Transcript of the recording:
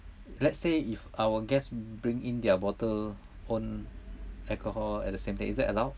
let's say if our guests bring in their bottle own alcohol at the same day is that allowed